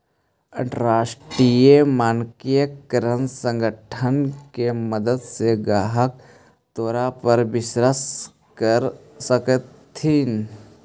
अंतरराष्ट्रीय मानकीकरण संगठन के मदद से ग्राहक तोरा पर विश्वास कर सकतथीन